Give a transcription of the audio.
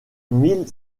mille